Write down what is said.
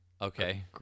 okay